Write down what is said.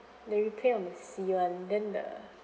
they replay on the sea [one] then the